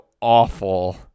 awful